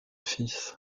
fils